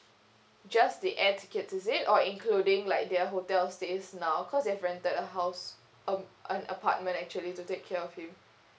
just the air tickets is it or including like their hotel stays now cause they've rented a house um an apartment actually to take care of him